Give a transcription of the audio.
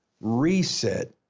reset